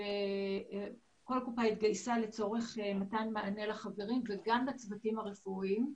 וכל קופה התגייסה למתן מענה לחברים וגם לצוותים הרפואיים.